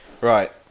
Right